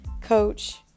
coach